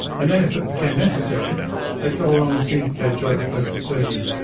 and then if it became necessary they'd go along and see their joint replacement surgeon.